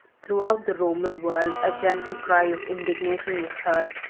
throughout the roman world a general cry of indignation was heard,